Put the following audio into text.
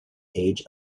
age